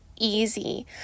easy